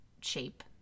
shape